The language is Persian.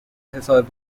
حساب